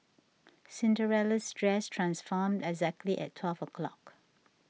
Cinderella's dress transformed exactly at twelve o'clock